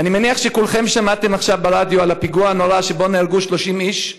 אני מניח שכולכם שמעתם עכשיו ברדיו על הפיגוע הנורא שבו נהרגו 30 איש,